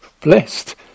blessed